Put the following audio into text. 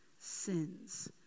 sins